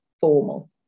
formal